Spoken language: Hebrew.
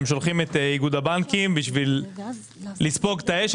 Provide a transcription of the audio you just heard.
הם שולחים את איגוד הבנקים בשביל לספוג את האש,